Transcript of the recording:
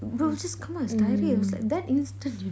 will just come out as diarrhoea is like that instant you know